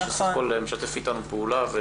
שבסך הכול משתף איתנו פעולה.